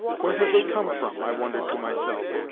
where have they come from? i wondered to myself,